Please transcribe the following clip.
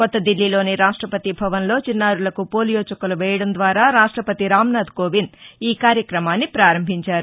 కొత్త దిల్లీలోని రాష్టపతి భనవ్లో చిన్నారులకు పోలియో చుక్కలు వేయడం ద్వారా రాష్టపతి రామ్నాధ్ కోవింద్ ఈ కార్యక్రమాన్ని పారంభించారు